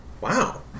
Wow